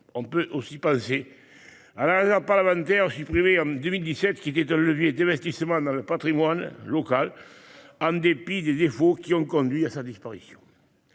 On peut aussi penser à la réserve parlementaire, supprimée en 2017, qui était un levier d'investissement dans le patrimoine local en dépit des défauts qui ont conduit à sa disparition.